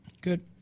Good